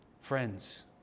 Friends